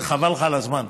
חבל לך על הזמן.